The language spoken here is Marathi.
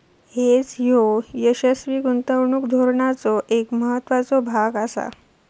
हेज ह्यो यशस्वी गुंतवणूक धोरणाचो एक महत्त्वाचो भाग आसा